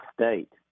state